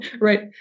right